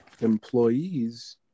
employees